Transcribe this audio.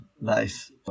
Nice